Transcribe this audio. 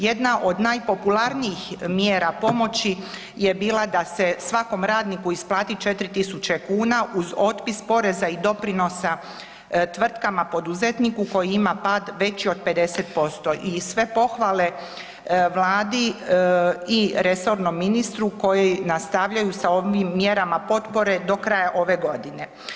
Jedna od najpopularnijih mjera pomoći je bila da se svakom radniku isplati 4.000 kuna uz otpis poreza i doprinosa tvrtkama poduzetniku koji ima pad veći od 50% i sve pohvale Vladi i resornom ministru koji nastavljaju s ovim mjerama potrebe do kraja ove godine.